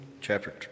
chapter